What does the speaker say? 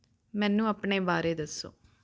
ਮੈਨੂੰ ਆਪਣੇ ਬਾਰੇ ਦੱਸੋ